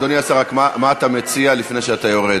אדוני השר, מה אתה מציע, לפני שאתה יורד?